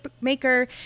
maker